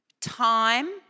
time